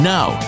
Now